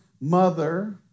mother